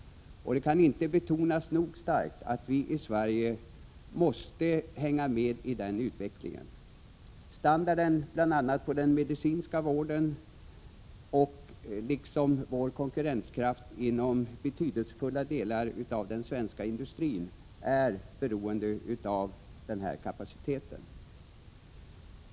Det kan inte nog starkt betonas att vi i Sverige måste hänga med i denna utveckling. Standarden på bl.a. den medicinska vården liksom vår konkurrenskraft inom betydelsefulla delar av den svenska industrin är beroende av denna kapacitet.